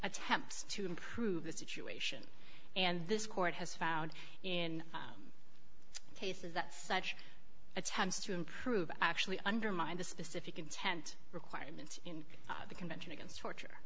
attempts to improve the situation and this court has found in cases that such attempts to improve actually undermine the specific intent requirement in the convention against torture